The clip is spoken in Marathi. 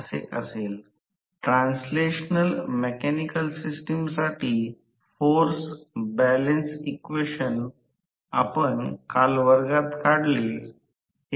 मी आकृती 10 मधील चिन्हांकडे पाहिल्यावर सांगितले की प्रति टप्प्यात विद्युत उर्जा आहे स्टेटर लॉस जे स्टॅटर तांबे लॉस आणि लोहाचे लॉस आहे